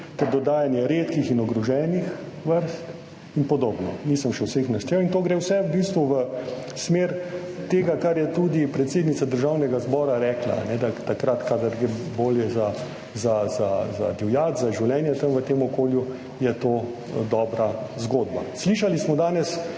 ter dodajanje redkih in ogroženih vrst in podobno. Nisem še vseh naštel in to gre vse v bistvu v smer tega, kar je tudi predsednica Državnega zbora rekla, da takrat kadar gre bolje za divjad, za življenje tam v tem okolju, je to dobra zgodba. Slišali smo danes